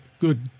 good